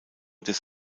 des